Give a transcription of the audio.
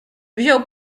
wziął